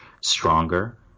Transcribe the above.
stronger